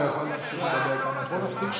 כשאין שר במליאה אתה יכול להמשיך לדבר כמה שאתה רוצה.